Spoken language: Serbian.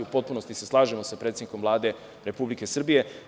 U potpunosti se slažemo sa predsednikom Vlade Republike Srbije.